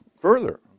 further